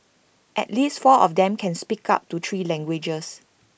at least four of them can speak up to three languages